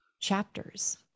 chapters